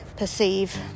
perceive